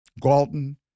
Galton